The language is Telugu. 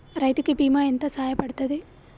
రైతు కి బీమా ఎంత సాయపడ్తది?